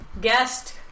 Guest